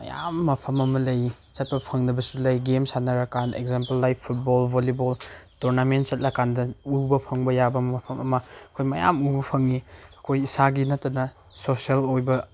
ꯃꯌꯥꯝ ꯃꯐꯝ ꯑꯃ ꯂꯩ ꯆꯠꯄ ꯐꯪꯗꯕꯁꯨ ꯂꯩ ꯒꯦꯝ ꯁꯥꯟꯅꯔ ꯀꯥꯟꯗ example like football volleyball tournament ꯆꯠꯂ ꯀꯥꯟꯗ ꯎꯕ ꯐꯪꯕ ꯌꯥꯕ ꯃꯐꯝ ꯑꯃ ꯑꯩꯈꯣꯏ ꯃꯌꯥꯝ ꯎꯕ ꯐꯪꯏ ꯑꯩꯈꯣꯏ ꯏꯁꯥꯒꯤ ꯅꯠꯇꯅ ꯁꯣꯁꯦꯜ ꯑꯣꯏꯕ